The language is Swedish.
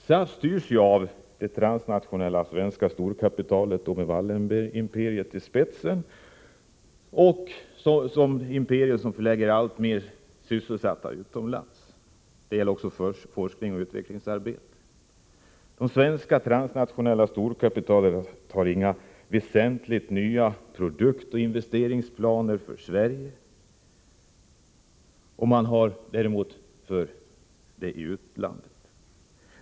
SAF styrs av det transnationella svenska storkapitalet med Wallenbergimperiet i spetsen — ett imperium som förlägger alltmer av sysselsättning, forskning och utvecklingsarbete utomlands. Det svenska transnationella storkapitalet har inga väsentliga nya produktoch investeringsplaner för Sverige, men däremot för utlandet.